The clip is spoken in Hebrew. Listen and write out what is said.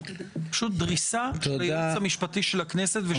פשוט דריסה של הייעוץ המשפטי של הכנסת ושל הממשלה.